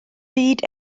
fyd